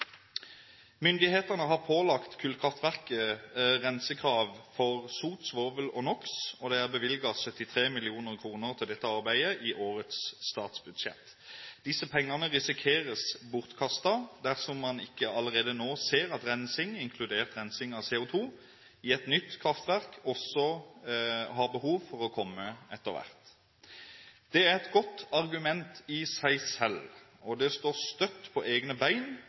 Myndighetene har pålagt kullkraftverket rensekrav for sot, svovel og NOx, og det er bevilget 73 mill. kr til dette arbeidet i årets statsbudsjett. Disse pengene risikerer man er bortkastet dersom man ikke allerede nå ser at rensing, inkludert rensing av CO2, i et nytt kraftverk også har behov for å komme etter hvert. Det er et godt argument i seg selv, og det står støtt på egne